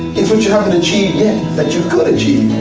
it's what you haven't achieved yet, that you could achieve.